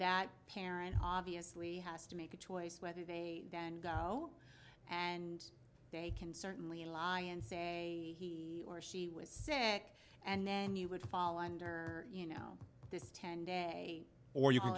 that parent obviously has to make a choice whether they then go and they can certainly lie and say he or she was sick and then you would fall under you know this ten day or you